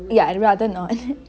ya I'd rather not